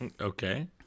Okay